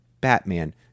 Batman